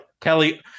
Kelly